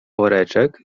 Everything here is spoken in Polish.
woreczek